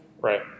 Right